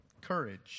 Courage